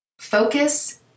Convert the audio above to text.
focus